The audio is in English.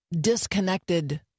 disconnected